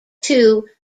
two